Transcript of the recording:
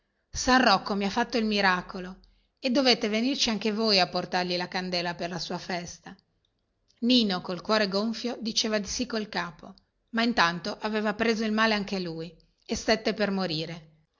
san rocco mi ha fatto il miracolo e dovete venirci anche voi a portargli la candela per la sua festa nino col cuore gonfio diceva di sì col capo ma intanto aveva preso il male anche lui e stette per morire